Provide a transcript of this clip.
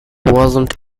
wasn’t